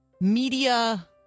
media